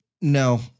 No